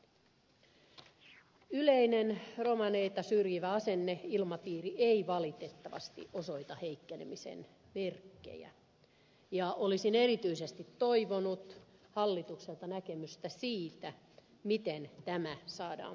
yleinen romaneita syrjivä asenne ilmapiiri ei valitettavasti osoita heikkenemisen merkkejä ja olisin erityisesti toivonut hallitukselta näkemystä siitä miten tämä saadaan muutettua